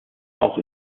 auch